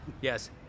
Yes